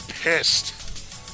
pissed